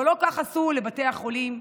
אבל לא כך עשו לבתי החולים,